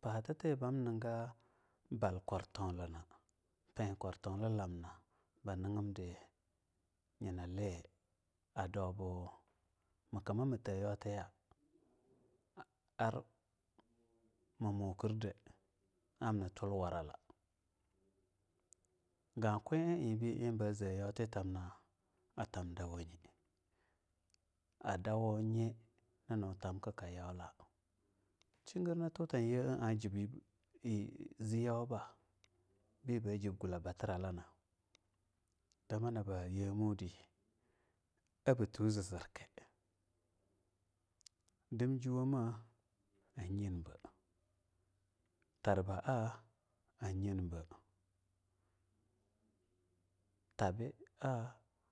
Patate balnunga bal kwartoulam pee kwartoulmna bi nigimdi nyenali adaubu kamamu tee yautiya ar mah murkurde amna tulwaralla ga - kwee imbe iba zee yautitamna atam dawaye adauwo nye manu tamka yaula shigir na tuta yela ajibi e ynn zee yau ba biba jib gulla batiralana damna ba yemude abu tew zizir ke, din juwoma anyinbha tar baa a nyinbea, tabia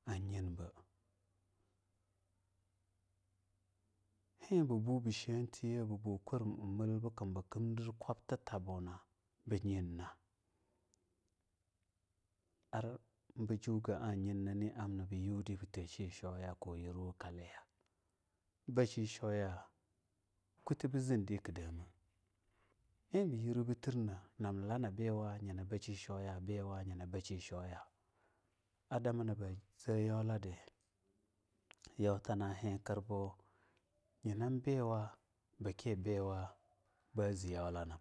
a yinbee ibeabu bukumbu bu kimdir kwabtitabuna a nyenna arbu jiw gaa a nyenbe na am nidi arbu nyiwdi ba tee shi shwoya koo yirwa kalila, ba shi shwoya koo yirwa kallila ibirwa bitirna namla na bibea nyina bashi shwo ya, bibea nyina ba shi shwoya a damana ba zea yauladi na hikirbi yina biwa kee biwa ba zee yaulana.